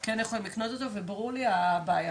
כן יכולים לקנות אותו וברורה לי הבעיה,